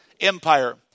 Empire